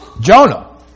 Jonah